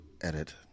edit